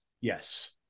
yes